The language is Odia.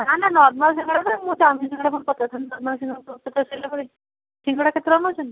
ନା ନା ନର୍ମାଲ ସିଙ୍ଗଡ଼ା ନା ମୁଁ ଦାମି ସିଙ୍ଗଡ଼ା କୋଉଠୁ ପଚାରିଥାନ୍ତି ତମେ ଆସିକି ନ ପଚାରିସାରିଲା ପରେ ସିଙ୍ଗଡ଼ା କେତେ ଟଙ୍କା ନେଉଛନ୍ତି